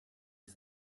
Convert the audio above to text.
ich